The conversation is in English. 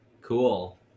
cool